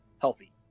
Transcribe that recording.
healthy